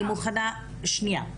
שנייה,